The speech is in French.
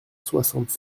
soixante